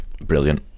Brilliant